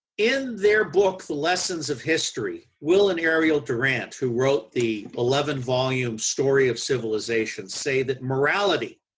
in their book, the lessons of history, will and ariel durant who wrote the eleven volume story of civilization say that morality